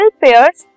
pairs